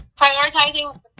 prioritizing